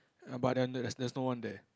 ya but then there's there's no one there